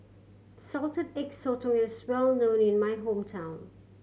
Salted Egg Sotong is well known in my hometown